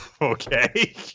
Okay